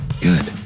good